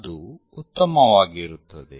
ಅದು ಉತ್ತಮವಾಗಿರುತ್ತದೆ